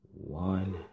One